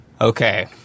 Okay